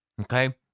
okay